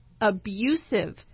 abusive